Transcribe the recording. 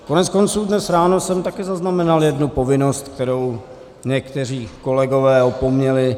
Koneckonců dnes ráno jsem taky zaznamenal jednu povinnost, kterou někteří kolegové opomněli.